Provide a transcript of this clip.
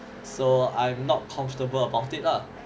so I'm not comfortable about it lah